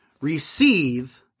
receive